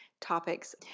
topics